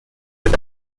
تريد